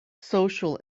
social